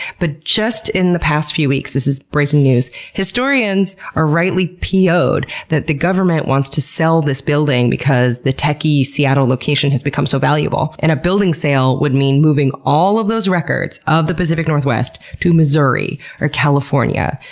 but just in the past few weeks this is breaking news historians are rightly p o d that the government wants to sell this building because the techy-seattle location has become so valuable. and a building sale would mean moving all of those records of the pacific northwest to missouri or california,